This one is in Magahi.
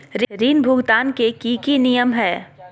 ऋण भुगतान के की की नियम है?